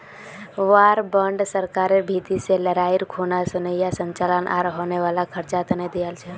war bond सरकारेर भीति से लडाईर खुना सैनेय संचालन आर होने वाला खर्चा तने दियाल जा छे